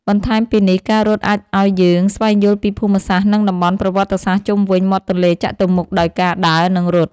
បន្ថែមពីនេះការរត់អាចឲ្យយើងស្វែងយល់ពីភូមិសាស្ត្រ និងតំបន់ប្រវត្តិសាស្ត្រជុំវិញមាត់ទន្លេចតុមុខដោយការដើរ និងរត់។